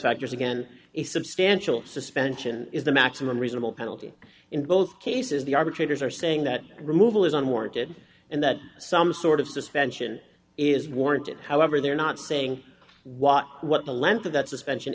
factors again a substantial suspension is the maximum reasonable penalty in both cases the arbitrators are saying that removal is unwarranted and that some sort of suspension is warranted however they're not saying what what the length of that suspension